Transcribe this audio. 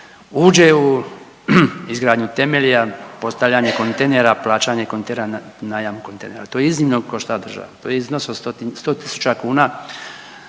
uđe u izgradnju temelja, postavljanje kontejnera, plaćanje kontejnera, najam kontejnera. To iznimno košta državu. To je iznos od sto tisuća